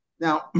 Now